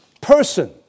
person